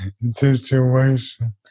situation